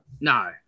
no